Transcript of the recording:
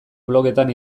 blogetan